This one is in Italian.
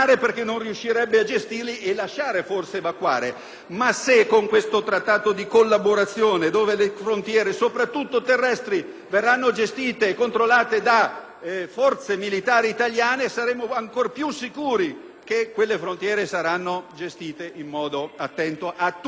soprattutto quelle terrestri - verranno gestite e controllate da forze militari italiane, saremo ancor più sicuri che esse verranno gestite in modo attento, a tutto vantaggio della sicurezza dei cittadini italiani.